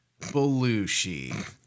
Belushi